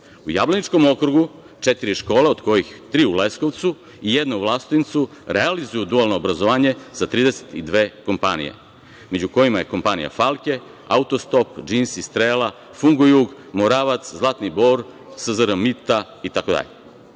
U Jablaničkom okrugu četiri škole, od kojih su tri u Leskovcu i jedna u Vlasotincu, realizuju dualno obrazovanje sa 32 kompanije, među kojima je Kompanija „Falke“, „Autostop“, „Džinis“, „Strela“, „Fungo-jug“, „Moravac“, „Zlatni Bor“, SZR „Mita“ itd. Sa